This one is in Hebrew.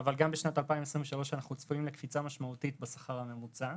אבל בשנת 2023 אנחנו צפויים לקפיצה משמעותית בשכר הממוצע,